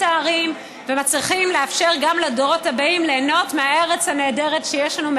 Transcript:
הערים ומצליחים לאפשר גם לדורות הבאים ליהנות מהארץ הנהדרת שיש לנו,